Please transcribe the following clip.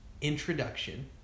introduction